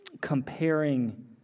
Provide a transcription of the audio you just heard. comparing